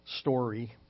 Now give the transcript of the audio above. story